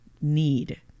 need